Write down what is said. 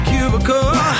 Cubicle